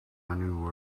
know